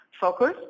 focus